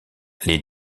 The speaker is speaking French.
les